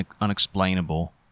unexplainable